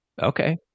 Okay